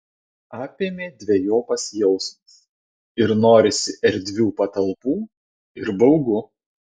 apėmė dvejopas jausmas ir norisi erdvių patalpų ir baugu